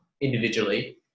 individually